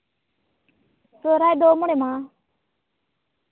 ᱥᱚᱦᱨᱟᱭ ᱫᱚ ᱢᱚᱬᱮ ᱢᱟᱦᱟ